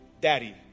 daddy